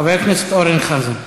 חבר הכנסת אורן חזן.